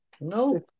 No